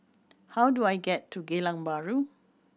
how do I get to Geylang Bahru